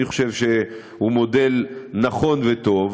אני חושב שהוא מודל נכון וטוב.